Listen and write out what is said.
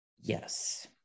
Yes